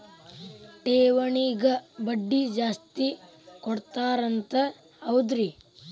ಠೇವಣಿಗ ಬಡ್ಡಿ ಜಾಸ್ತಿ ಕೊಡ್ತಾರಂತ ಹೌದ್ರಿ?